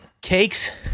Cakes